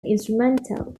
instrumental